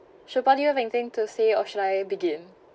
so to say or shall I begin